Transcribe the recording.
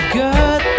good